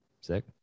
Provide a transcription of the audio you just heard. sick